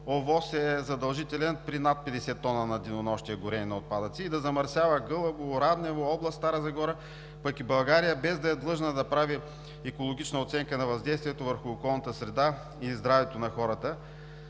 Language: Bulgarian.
ОВОС е задължителен при 50 тона горене на отпадъци на денонощие, и да замърсява Гълъбово и Раднево, област Стара Загора, пък и България, без да е длъжна да прави екологична оценка за въздействието върху околната среда и здравето на хората.